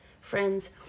Friends